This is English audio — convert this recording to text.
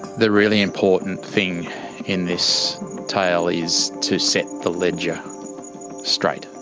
the really important thing in this tale is to set the ledger straight,